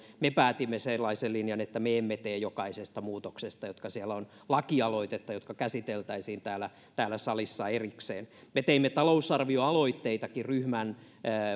me päätimme sellaisen linjan että me emme tee jokaisesta muutoksesta joka siellä on lakialoitetta joka käsiteltäisiin täällä täällä salissa erikseen me teimme talousarvioaloitteitakin ryhmän